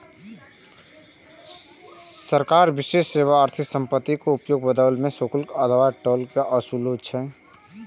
सरकार विशेष वस्तु, सेवा अथवा संपत्तिक उपयोगक बदला मे शुल्क अथवा टोल ओसूलै छै